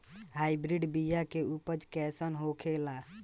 Hybrid बीया के उपज कैसन होखे ला?